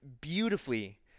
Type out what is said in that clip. beautifully